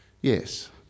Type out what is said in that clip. Yes